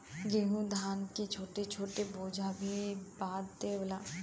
गेंहू धान के छोट छोट बोझा भी बांध देवला